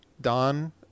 Don